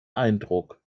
eindruck